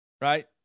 right